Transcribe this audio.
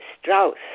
Strauss